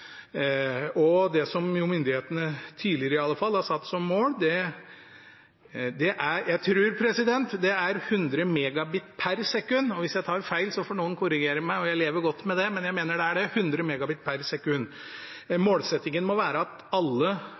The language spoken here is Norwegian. bredbåndsdekning. Målet må jo være at alle husstander og bedrifter har det. Det som myndighetene, i alle fall tidligere, har satt som mål, tror jeg er 100 Mbit/s. Hvis jeg tar feil, får noen korrigere meg – jeg lever godt med det – men jeg mener det er 100 Mbit/s. Målsettingen må være at alle